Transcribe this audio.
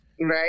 Right